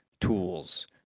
tools